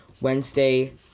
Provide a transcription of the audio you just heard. Wednesday